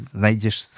znajdziesz